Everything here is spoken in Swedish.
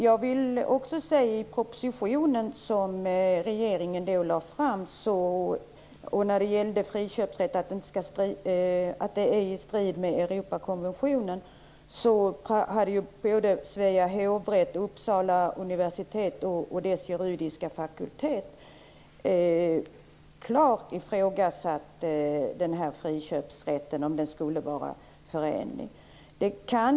När det gäller frågan att friköpsrätt står i strid med Europakonventionen stod i den proposition som regeringen då lade fram att både Svea hovrätt och Uppsala universitets juridiska fakultet klart ifrågasatte om friköpsrätten skulle vara förenlig med konventionen.